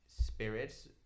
spirits